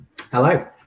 Hello